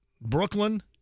Brooklyn